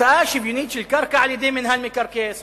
הקצאה שוויונית של קרקע על-ידי מינהל מקרקעי ישראל.